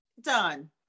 Done